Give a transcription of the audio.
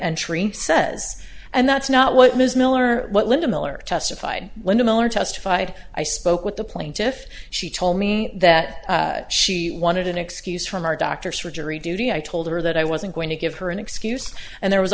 entry says and that's not what ms miller what linda miller testified linda miller testified i spoke with the plaintiff she told me that she wanted an excuse from our doctors for jury duty i told her that i wasn't going to give her an excuse and there was